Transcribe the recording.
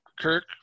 kirk